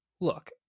look